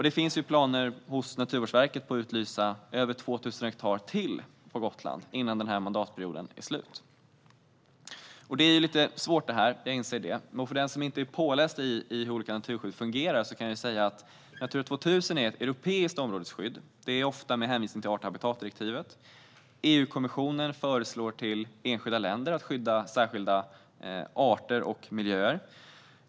Det finns planer hos Naturvårdsverket på att utlysa över 2 000 hektar till på Gotland innan den här mandatperioden är slut. Det är lite svårt det här. Jag inser det. För den som inte är påläst i hur olika naturskydd fungerar kan jag säga att Natura 2000 är ett europeiskt områdesskydd, ofta med hänvisning till art och habitatdirektivet. EU-kommissionen föreslår enskilda länder att skydda särskilda arter och miljöer.